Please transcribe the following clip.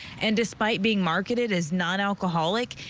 and despite being marketed as nonalcoholic,